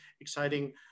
exciting